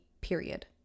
period